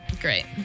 Great